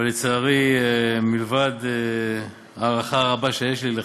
אבל לצערי, מלבד הערכה רבה שיש לי אליך,